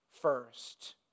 first